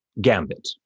gambit